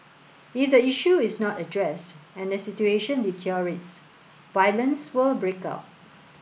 if the issue is not addressed and the situation deteriorates violence will break out